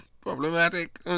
problematic